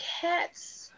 cats